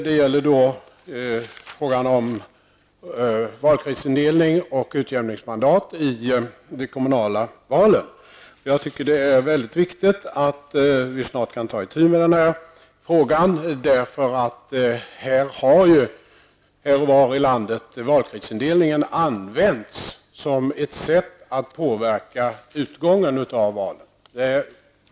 Det gäller frågan om valkretsindelning och utjämningsmandat i de kommunala valen. Jag anser att det är viktigt att vi snart kan ta itu med denna fråga, eftersom valkretsindelningen har använts här och var i landet som ett sätt att påverka utgången av valen.